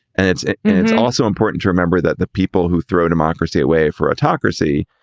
and it's it's also important to remember that the people who throw democracy away for autocracy,